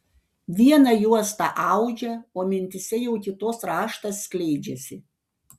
vieną juostą audžia o mintyse jau kitos raštas skleidžiasi